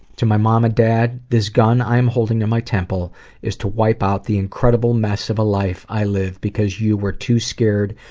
to my mom and dad, this gun i'm holding to my temple is to wipe out the incredible mess of a life i live because you were too scared,